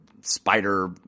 spider